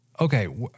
okay